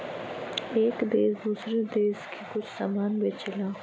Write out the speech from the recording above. एक देस दूसरे देस के कुछ समान बेचला